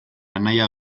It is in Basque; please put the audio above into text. anaia